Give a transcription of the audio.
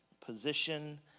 position